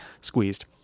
squeezed